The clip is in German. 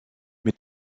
mit